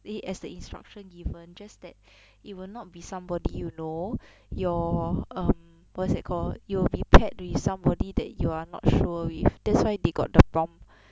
exactly as the instruction given just that it will not be somebody you know your um what's that call you will be paired with somebody that you are not sure with that's why they got the form